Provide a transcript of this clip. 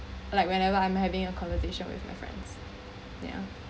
like whenever I am having a conversation with my friends yeah